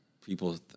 People